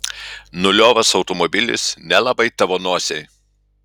nuliovas automobilis nelabai tavo nosiai